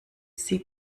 sie